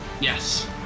Yes